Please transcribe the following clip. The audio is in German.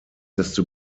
desto